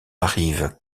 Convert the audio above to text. arrive